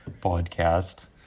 podcast